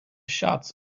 shots